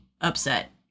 upset